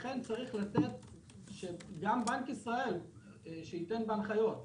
לכן גם בנק ישראל צריך לתת הנחיות: